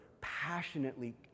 passionately